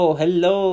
hello